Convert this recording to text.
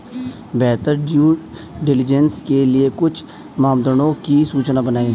बेहतर due diligence के लिए कुछ मापदंडों की सूची बनाएं?